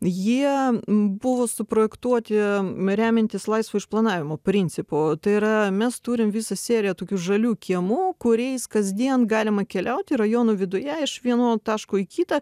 jie buvo suprojektuoti remiantis laisvo išplanavimo principu tai yra mes turim visą seriją tokių žalių kiemų kuriais kasdien galima keliauti rajonų viduje iš vieno taško į kitą